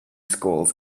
schools